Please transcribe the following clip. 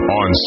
on